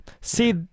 See